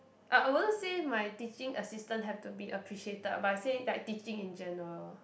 I I wouldn't say my teaching assistant have to be appreciated but I say like teaching in general